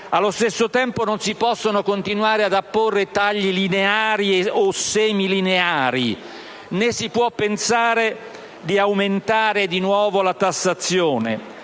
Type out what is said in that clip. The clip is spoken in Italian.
Allo stesso tempo non si possono continuare ad apporre tagli lineari o semilineari, né si può pensare di aumentare ulteriormente la tassazione.